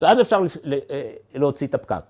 ‫ואז אפשר להוציא את הפקק.